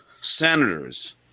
senators